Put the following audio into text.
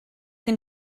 can